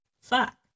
fuck